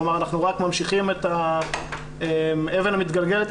כלומר אנחנו רק ממשיכים את האבן המתגלגלת